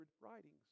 writings